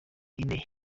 ine